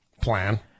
plan